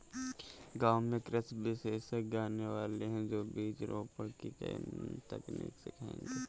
गांव में कृषि विशेषज्ञ आने वाले है, जो बीज रोपण की नई तकनीक सिखाएंगे